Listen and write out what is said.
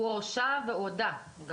הוא הורשע והודה.